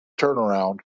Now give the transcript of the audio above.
turnaround